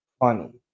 funny